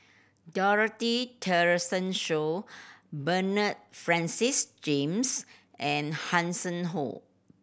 Dorothy Tessensohn Bernard Francis James and Hanson Ho